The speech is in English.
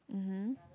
mmhmm